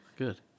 good